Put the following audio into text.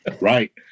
Right